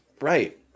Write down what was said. Right